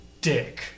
dick